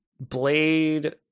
blade